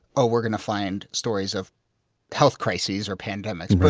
oh we're going to find stories of health crises or pandemics. but